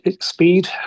speed